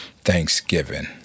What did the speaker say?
thanksgiving